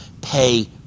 pay